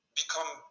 become